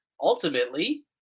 ultimately